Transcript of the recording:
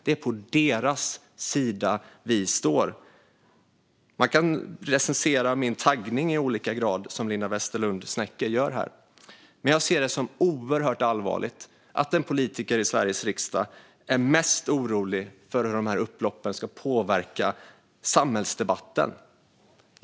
Det är på deras sida som vi står. Man kan recensera min taggning i olika grad, som Linda Westerlund Snecker gör här, men jag ser det som oerhört allvarligt att en politiker i Sveriges riksdag är mest orolig för hur dessa upplopp ska påverka samhällsdebatten.